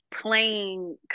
playing